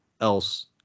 else